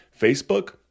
Facebook